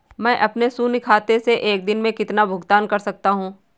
मैं अपने शून्य खाते से एक दिन में कितना भुगतान कर सकता हूँ?